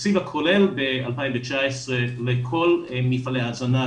התקציב הכולל ב-2019 לכל מפעלי ההזנה,